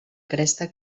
cresta